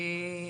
כן.